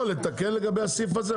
לא, לתקן לגבי הסעיף הזה.